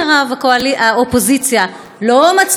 האופוזיציה לא מצליחה,